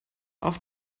auf